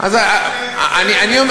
למה זה לא יורד?